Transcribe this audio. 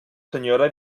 senyora